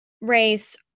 race